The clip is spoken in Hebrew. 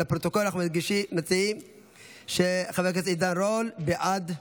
לפרוטוקול אנחנו מדגישים שחבר הכנסת עידן רול בעד ההצעה.